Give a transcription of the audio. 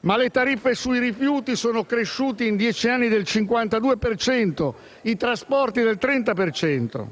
Ma le tariffe sui rifiuti sono cresciute in dieci anni del 52 per cento e i trasporti del 30 per cento.